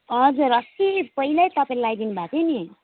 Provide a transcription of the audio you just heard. हजुर अस्ति पहिल्यै तपाईँले लाइदिनु भएको थियो नि